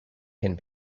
can